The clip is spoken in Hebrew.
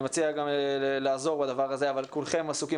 אני מציע גם לעזור בדבר הזה אבל כולכם עסוקים